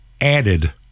added